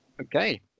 Okay